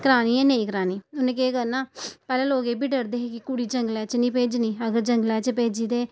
करानी जां नेईं करानी उ'नें केह् करना पैह्लें लोक एह् बी डरदे हे कि कुड़ी जंगलें च निं भेजनी अगर जंगलें च भेजी ते